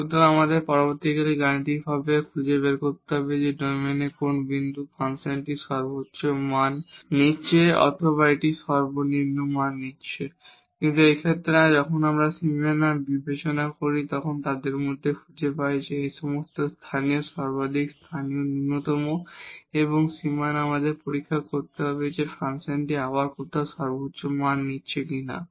সুতরাং আমাদের পরবর্তীতে গাণিতিকভাবে খুঁজে বের করতে হবে যে ডোমেইনের কোন বিন্দু কোথায় ফাংশনটি মাক্সিমাম নিচ্ছে অথবা এটি মিনিমাম মান নিচ্ছে কিন্তু এই ক্ষেত্রে যখন আমরা সীমানা বিবেচনা করি এবং তাদের মধ্যে খুঁজে পাই এই সমস্ত লোকাল ম্যাক্সিমা লোকাল মিনিমা এবং সীমানাও আমাদের পরীক্ষা করতে হবে যে ফাংশনটি আবার কোথাও মাক্সিমাম নিচ্ছে কিনা